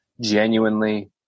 genuinely